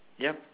yup